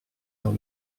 dans